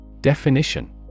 Definition